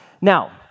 Now